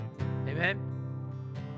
Amen